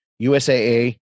USAA